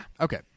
Okay